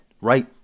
right